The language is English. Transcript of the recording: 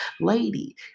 Lady